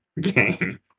game